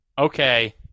Okay